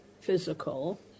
physical